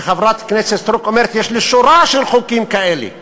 שחברת הכנסת סטרוק אומרת: יש לי שורה של חוקים כאלה,